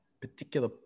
particular